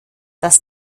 das